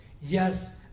Yes